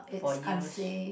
for use